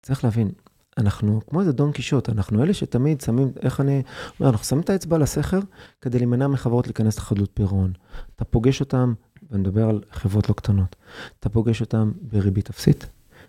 צריך להבין, אנחנו כמו איזה דון קישוט, אנחנו אלה שתמיד שמים, איך אני... אנחנו שמים את האצבע על הסכר כדי להימנע מחברות להיכנס לחדלות פרעון. אתה פוגש אותם, ואני מדבר על חברות לא קטנות, אתה פוגש אותם בריבית אפסית.